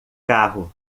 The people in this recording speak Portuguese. carro